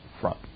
front